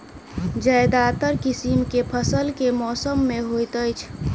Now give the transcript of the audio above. ज्यादातर किसिम केँ फसल केँ मौसम मे होइत अछि?